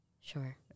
sure